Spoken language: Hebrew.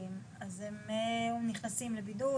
מאומתים אז הם או נכנסים לבידוד,